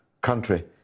country